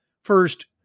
First